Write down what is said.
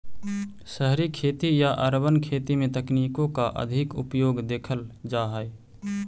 शहरी खेती या अर्बन खेती में तकनीकों का अधिक उपयोग देखल जा हई